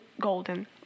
golden